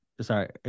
sorry